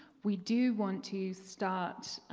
we do want to start